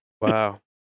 Wow